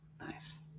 nice